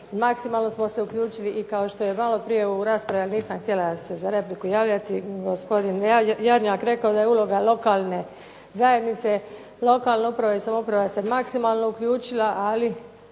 maksimalno smo se uključili i kao što je malo prije u raspravi, ali nisam htjela se za repliku javljati, gospodin Jarnjak rekao da je uloga lokalne zajednice, lokalna uprava i samouprava se maksimalno uključila ali